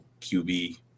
QB